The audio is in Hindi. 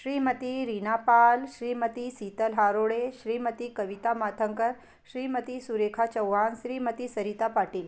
श्रीमती रीना पाल श्रीमती शीतल हाड़ोड़े श्रीमती कविता माथंकर श्रीमती सुरेखा चौहान श्रीमती सरिता पाटिल